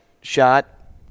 shot